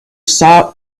saw